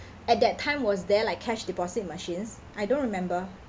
at that time was there like cash deposit machines I don't remember